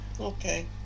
Okay